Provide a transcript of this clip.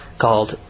called